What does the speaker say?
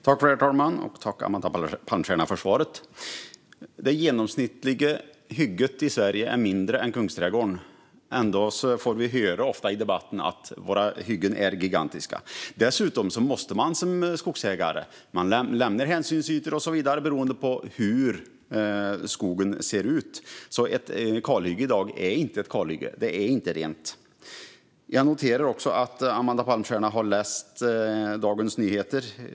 Herr talman! Tack, Amanda Palmstierna, för svaret! Det genomsnittliga hygget i Sverige är mindre än Kungsträdgården. Ändå får vi ofta höra i debatten att våra hyggen är gigantiska. Dessutom måste man som skogsägare lämna hänsynsytor och så vidare beroende på hur skogen ser ut, så ett kalhygge i dag är inte ett kalhygge. Det är inte kalt. Jag noterar att Amanda Palmstierna har läst Dagens Nyheter.